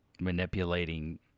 manipulating